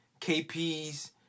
KP's